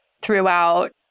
throughout